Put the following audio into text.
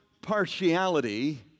partiality